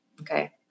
okay